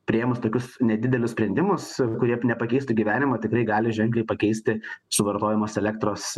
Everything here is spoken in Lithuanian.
priėmus tokius nedidelius sprendimus kurie nepakeistų gyvenimo tikrai gali ženkliai pakeisti suvartojamos elektros